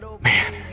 Man